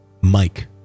Mike